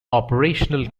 operational